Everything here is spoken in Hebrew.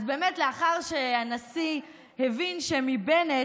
לאחר שהנשיא הבין שמבנט,